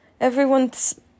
Everyone's